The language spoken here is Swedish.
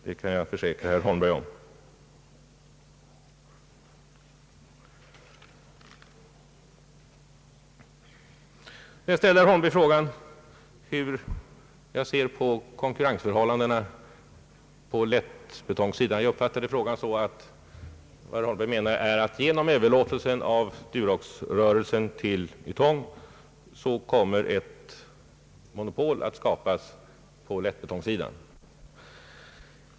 Det kan jag försäkra herr Holmberg. Herr Holmberg frågade hur jag ser på konkurrensförhållandena inom lättbetongsektorn. Jag uppfattade frågan så att herr Holmberg menar att genom överlåtelsen av Durox till Ytong kommer ett monopol att skapas inom lättbetongsektorn.